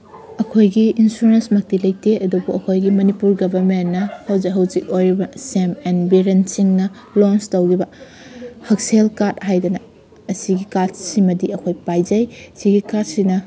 ꯑꯩꯈꯣꯏꯒꯤ ꯏꯟꯁꯨꯔꯦꯟꯁꯃꯛꯇꯤ ꯂꯩꯇꯦ ꯑꯗꯨꯕꯨ ꯑꯩꯈꯣꯏꯒꯤ ꯃꯅꯤꯄꯨꯔ ꯒꯕꯔꯃꯦꯟꯅ ꯍꯧꯖꯤꯛ ꯍꯧꯖꯤꯛ ꯑꯣꯏꯔꯤꯕ ꯁꯤ ꯑꯦꯝ ꯑꯦꯟ ꯕꯤꯔꯦꯟ ꯁꯤꯡꯅ ꯂꯣꯟꯁ ꯇꯧꯈꯤꯕ ꯍꯛꯁꯦꯜ ꯀꯥꯔꯗ ꯍꯥꯏꯗꯅ ꯑꯁꯤꯒꯤ ꯀꯥꯔꯗꯁꯤꯃꯗꯤ ꯑꯩꯈꯣꯏ ꯄꯥꯏꯖꯩ ꯁꯤꯒꯤ ꯀꯥꯔꯗꯁꯤꯅ